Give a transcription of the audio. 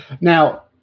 Now